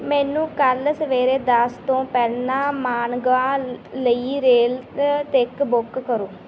ਮੈਨੂੰ ਕੱਲ੍ਹ ਸਵੇਰੇ ਦਸ ਤੋਂ ਪਹਿਲਾਂ ਮਾਨਗਾਂਵ ਲਈ ਰੇਲ ਟਿਕਟ ਬੁੱਕ ਕਰੋ